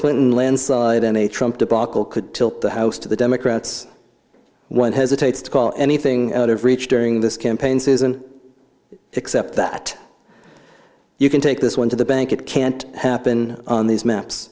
clinton lands and a trump debacle could tilt the house to the democrats one hesitates to call anything out of reach during this campaign season except that you can take this one to the bank it can't happen on these maps